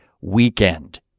weekend